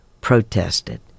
protested